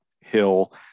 hill